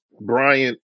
Bryant